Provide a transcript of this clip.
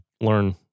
learn